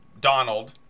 Donald